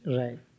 right